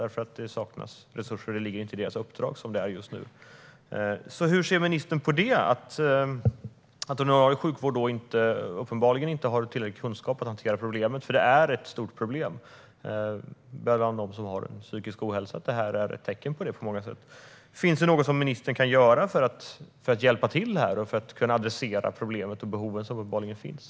Resurser saknas, och detta ligger inte i deras uppdrag just nu. Hur ser ministern på att den ordinarie sjukvården uppenbarligen inte har tillräcklig kunskap för att hantera problemen? Detta är ett stort problem bland dem som har psykisk ohälsa, och det här är ett tecken på det på många sätt. Finns det något ministern kan göra för att hjälpa till här, för att kunna adressera de problem och behov som uppenbarligen finns?